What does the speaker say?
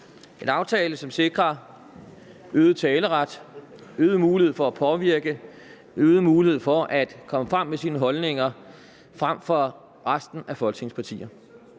en aftale, som sikrer øget taleret, øget mulighed for at påvirke, øget mulighed for at komme frem med sine holdninger frem for resten af Folketingets partier.